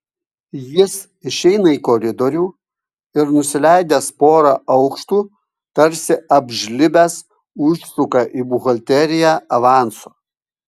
jis išeina į koridorių ir nusileidęs porą aukštų tarsi apžlibęs užsuka į buhalteriją avanso